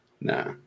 Nah